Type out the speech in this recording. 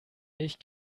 ich